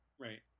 Right